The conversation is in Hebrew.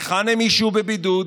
היכן הם ישהו בבידוד,